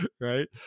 right